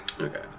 Okay